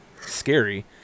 scary